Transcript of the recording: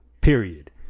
Period